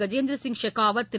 Gajendra Singh Shekhawat Thiru